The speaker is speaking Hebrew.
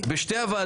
אבל מצד שני,